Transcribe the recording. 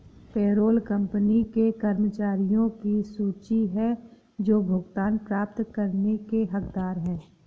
payroll company के कर्मचारियों की सूची है जो भुगतान प्राप्त करने के हकदार हैं